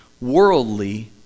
worldly